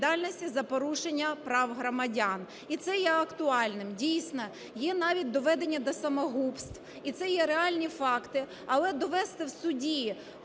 за порушення прав громадян, і це є актуальним. Дійсно, є навіть доведення до самогубств, і це є реальні факт, але довести в суді